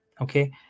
Okay